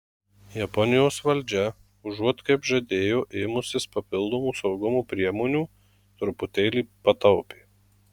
japonijos valdžia užuot kaip žadėjo ėmusis papildomų saugumo priemonių truputėlį pataupė